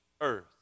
earth